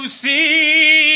see